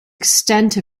extent